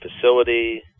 facility